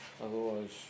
Otherwise